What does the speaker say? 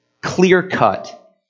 clear-cut